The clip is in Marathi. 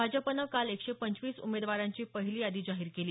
भाजपानं काल एकशे पंचवीस उमेदवारांची पहिली यादी जाहीर केली